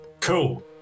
Cool